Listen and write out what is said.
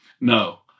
no